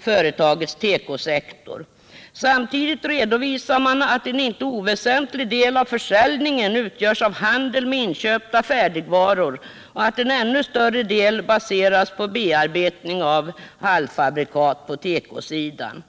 företagets tekosektor. Samtidigt redovisar man att en inte oväsentlig del av försäljningen utgörs av handel med inköpta färdigvaror och att en ännu större del baseras på bearbetning av halvfabrikat på tekosidan.